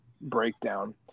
breakdown